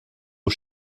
aux